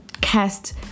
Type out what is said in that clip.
cast